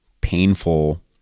painful